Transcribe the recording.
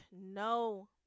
no